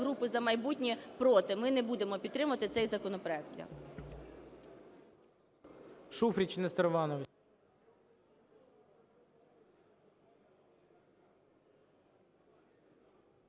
групи "За майбутнє", проти. Ми не будемо підтримувати цей законопроект.